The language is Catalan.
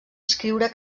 escriure